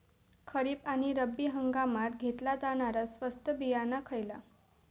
खरीप आणि रब्बी हंगामात घेतला जाणारा स्वस्त बियाणा खयला?